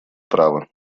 право